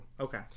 Okay